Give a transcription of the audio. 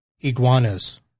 Iguanas